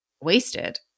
wasted